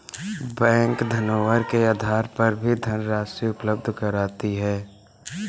bank धरोहर के आधार पर भी धनराशि उपलब्ध कराती है